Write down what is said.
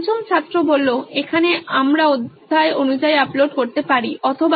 পঞ্চম ছাত্র এখানে আমরা অধ্যায় অনুযায়ী আপলোড করতে পারি অথবা